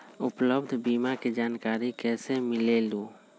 उपलब्ध बीमा के जानकारी कैसे मिलेलु?